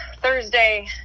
Thursday